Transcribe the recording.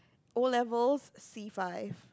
O-levels C five